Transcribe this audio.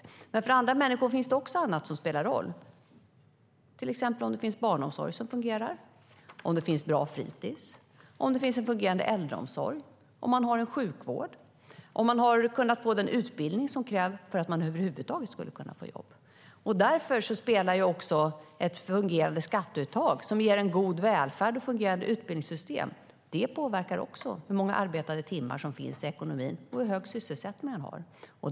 Men även för andra människor finns det annat som spelar roll - till exempel om det finns barnomsorg som fungerar, om det finns bra fritis, om det finns fungerande äldreomsorg, om man har sjukvård och om man har kunnat få den utbildning som krävs för att man över huvud taget ska kunna få jobb. Därför spelar också ett fungerande skatteuttag som ger god välfärd och fungerande utbildningssystem roll. Det påverkar också hur många arbetade timmar som finns i ekonomin och hur hög sysselsättningen är.